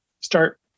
start